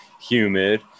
humid